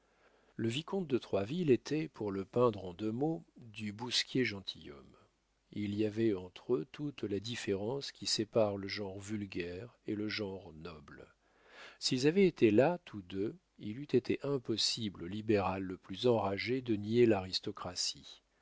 le vicomte de troisville était pour le peindre en deux mots du bousquier gentilhomme il y avait entre eux toute la différence qui sépare le genre vulgaire et le genre noble s'ils avaient été là tous deux il eût été impossible au libéral le plus enragé de nier l'aristocratie